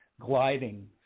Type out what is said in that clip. gliding